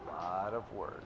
a lot of work